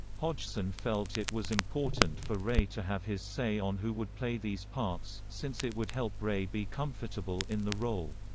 hodgson felt it was important for ray to have his say on who would play these parts, since it would help ray be comfortable in the role.